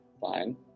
fine